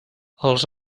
els